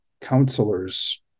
counselors